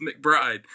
McBride